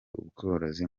ubworozi